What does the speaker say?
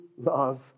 love